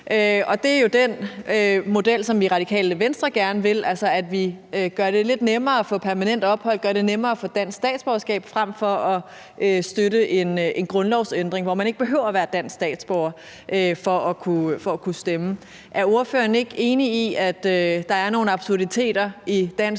det er jo den model, som vi i Radikale Venstre gerne vil have, altså at vi gør det lidt nemmere at få permanent ophold, gør det nemmere at få dansk statsborgerskab, frem for at støtte en grundlovsændring, hvor man ikke behøver at være dansk statsborger for at kunne stemme. Er ordføreren ikke enig i, at der er nogle absurditeter i dansk